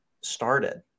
started